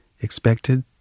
expected